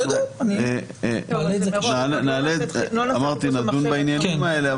נדון בעניינים האלה,